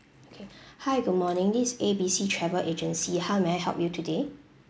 okay hi good morning this is A B C travel agency how may I help you today